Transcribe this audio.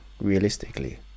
realistically